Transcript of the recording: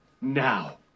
now